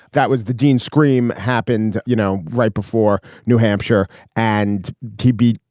that was the dean scream happened. you know, right before new hampshire and tbd.